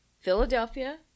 Philadelphia